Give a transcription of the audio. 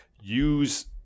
use